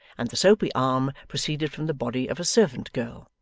and the soapy arm proceeded from the body of a servant-girl,